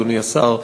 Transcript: אדוני השר,